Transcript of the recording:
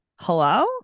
hello